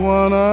one